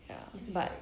ya